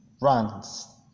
runs